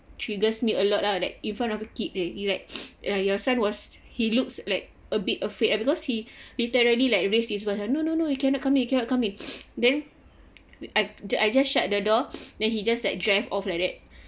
triggers me a lot lah like in front of a kid eh he like your son was he looks like a bit afraid because he literally like raise his voice eh no no no you cannot come in cannot come in then I I just shut the door then he just like drive off like that